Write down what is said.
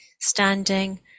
standing